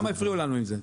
למה הפריעו לנו עם זה?